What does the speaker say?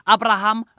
Abraham